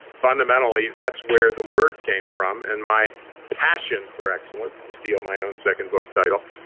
fundamentally that's where the word came from and my passion for excellence, to steal my own second book title,